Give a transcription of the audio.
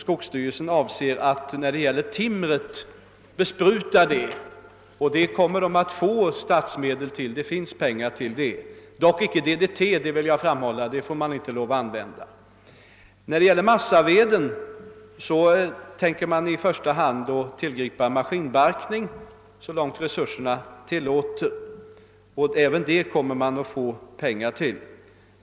Skogsstyrelsen avser nu att bespruta detta timmer, och det kommer man att få statsmedel till. Det finns pengar för ett sådant ändamål — dock inte för be sprutning med DDT; det medlet får inte användas. För massaveden tänker man i första hand, så långt resurserna medger, tillgripa maskinbarkning, och även härför kommer medel att beviljas.